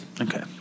Okay